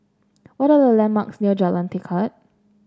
what are the landmarks near Jalan Tekad